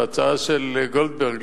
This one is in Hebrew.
וההצעה של גולדברג,